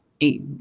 eight